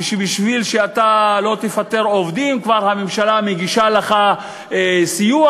ובשביל שאתה לא תפטר עובדים כבר הממשלה מגישה לך סיוע,